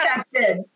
accepted